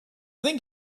thing